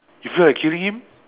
you feel like killing him